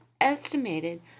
estimated